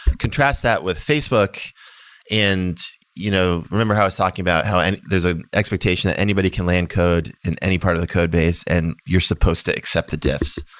contrast that with facebook and you know remember how i was talking about how and there's an ah expectation that anybody can land code in any part of the codebase and you're supposed to accept the diffs.